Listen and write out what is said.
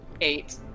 Eight